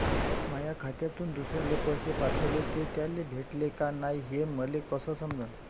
माया खात्यातून दुसऱ्याले पैसे पाठवले, ते त्याले भेटले का नाय हे मले कस समजन?